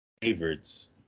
favorites